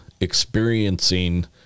experiencing